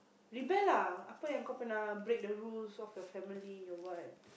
rebel lah break the rules of your family or what